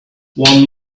one